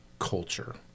culture